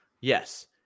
Yes